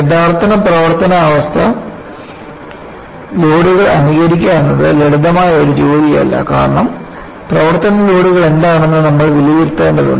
യഥാർത്ഥ പ്രവർത്തന അവസ്ഥ ലോഡുകൾ അനുകരിക്കുക എന്നത് ലളിതമായ ഒരു ജോലിയല്ല കാരണം പ്രവർത്തന ലോഡുകൾ എന്താണെന്ന് നമ്മൾ വിലയിരുത്തേണ്ടതുണ്ട്